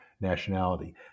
nationality